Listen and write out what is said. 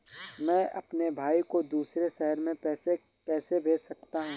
मैं अपने भाई को दूसरे शहर से पैसे कैसे भेज सकता हूँ?